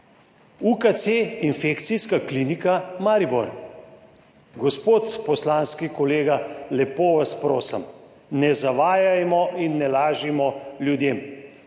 UKC, infekcijska klinika Maribor, gospod poslanski kolega, lepo vas prosim, ne zavajajmo in ne lažimo ljudem.